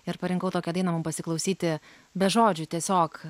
ir parinkau tokią dainą mum pasiklausyti be žodžių tiesiog